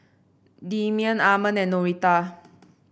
Demian Armond and Noretta